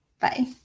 bye